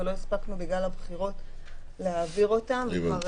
ולא הספקנו להעביר אותם בגלל הבחירות.